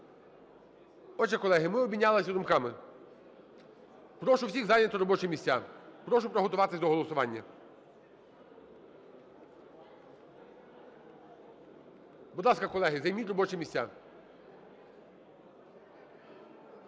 Отже, колеги, ми обмінялися думками. Прошу всіх зайняти робочі місця, прошу приготуватись до голосування. Будь ласка, колеги, займіть робочі місця.